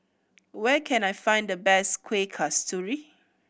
where can I find the best Kueh Kasturi